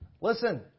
Listen